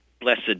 Blessed